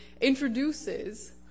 introduces